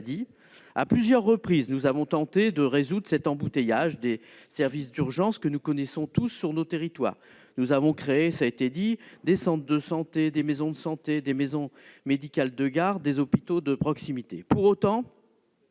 À plusieurs reprises, nous avons tenté de résoudre cet embouteillage des services d'urgence, que nous connaissons tous sur nos territoires. Nous avons créé des centres de santé, des maisons de santé, des maisons médicales de garde, des hôpitaux de proximité. Pour autant,